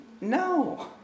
No